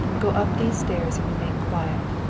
go up these stairs and remain quiet.